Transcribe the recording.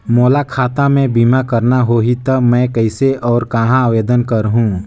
मोला खाता मे बीमा करना होहि ता मैं कइसे और कहां आवेदन करहूं?